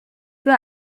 peu